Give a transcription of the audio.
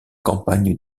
campagne